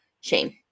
shame